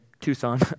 Tucson